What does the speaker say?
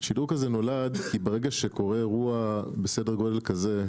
השדרוג הזה נולד כי ברגע שקורה אירוע בסדר גודל כזה,